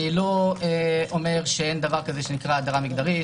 אני לא אומר שאין דבר כזה שנקרא הדרה מגדרית,